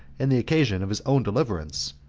and the occasion of his own deliverance.